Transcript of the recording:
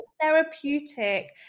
therapeutic